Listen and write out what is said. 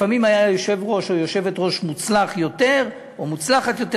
לפעמים היה יושב-ראש או יושבת-ראש מוצלח יותר או מוצלחת יותר,